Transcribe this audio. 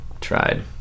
tried